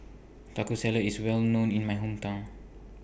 Taco Salad IS Well known in My Hometown